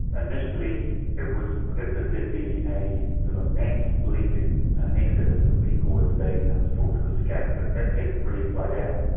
initially it was predicted there'd be a mass leaving, an exodus of people as they um sought to escape, but that hasn't really played out.